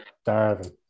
starving